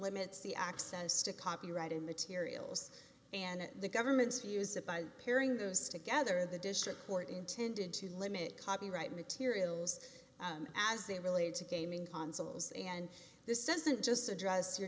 limits the access to copyrighted materials and the government's usage by pairing those together the district court intended to limit copyright materials as they related to gaming consuls and this doesn't just address your